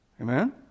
Amen